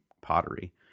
pottery